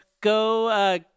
go